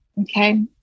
Okay